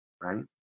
right